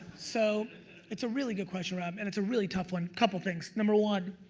so it's a really good question, rob, and it's a really tough one. couple things, number one,